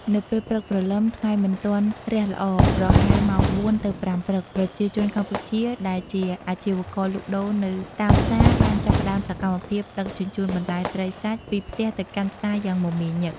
នៅពេលព្រឹកព្រលឹម ថ្ងៃមិនទាន់រះល្អ ប្រហែលម៉ោង ៤ ទៅ ៥ ព្រឹក ប្រជាជនកម្ពុជាដែលជាអាជីវករលក់ដូរនៅតាមផ្សារបានចាប់ផ្តើមសកម្មភាពដឹកជញ្ជូនបន្លែ ត្រី សាច់ ពីផ្ទះទៅកាន់ផ្សារយ៉ាងមមាញឹក។